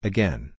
Again